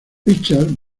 richard